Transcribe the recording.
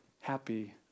Happy